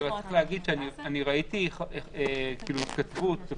ראיתי התכתבות עם